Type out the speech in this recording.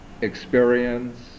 experience